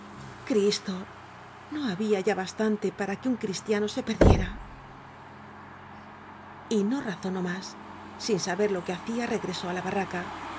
cristo no había ya bastante para que un cristiano se perdiera y no razonó más sin saber lo que hacía regresó á la barraca